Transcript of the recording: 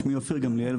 שמי אופיר גמליאל,